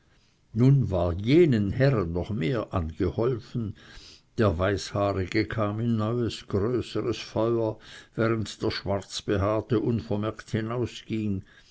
nun war jenen herren noch mehr angeholfen der weißhaarige kam in neues größeres feuer während der schwarzbehaarte unvermerkt